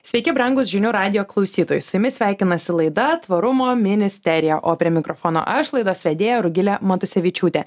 sveiki brangūs žinių radijo klausytojai su jumis sveikinasi laida tvarumo ministerija o prie mikrofono aš laidos vedėja rugilė matusevičiūtė